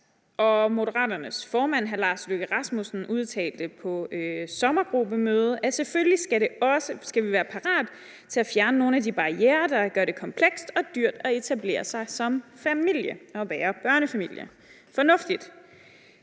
Moderaternes formand, hr. Lars Løkke Rasmussen, udtalte på et sommergruppemøde: Selvfølgelig skal vi så også være parat til at fjerne nogle af de barrierer, der gør det komplekst og dyrt at etablere sig som familie og være børnefamilie. Det er fornuftigt.